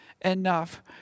enough